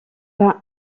pas